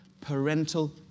parental